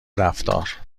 رفتار